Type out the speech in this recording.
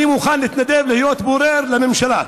אני מוכן להתנדב להיות בורר לממשלה.